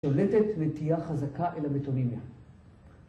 שולטת נטייה חזקה אל המטומימיה